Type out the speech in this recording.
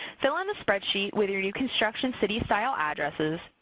fill in the spreadsheet with your new construction city-style addresses,